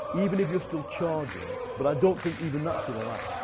even if you're still charging. but i don't think even that's going to last.